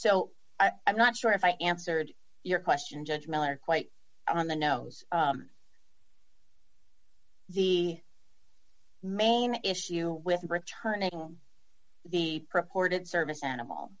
so i'm not sure if i answered your question judge miller quite on the nose the main issue with returning the reported service animal